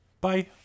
bye